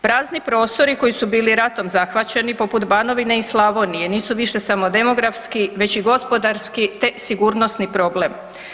Prazni prostori koji su bili ratom zahvaćeni poput Banovine i Slavonije nisu više samo demografski već i gospodarski te sigurnosni problem.